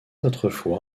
autrefois